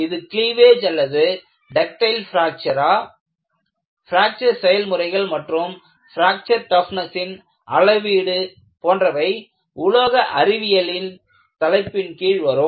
இது கிளீவேஜ் அல்லது டக்டைல் பிராக்ச்சரா பிராக்சர் செயல்முறைகள் மற்றும் பிராக்சர் டஃப்னஸின் அளவீடு போன்றவை உலோக அறிவியல் தலைப்பின் கீழ் வரும்